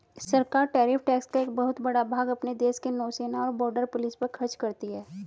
सरकार tariff tax का एक बहुत बड़ा भाग अपने देश के नौसेना और बॉर्डर पुलिस पर खर्च करती हैं